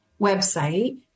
website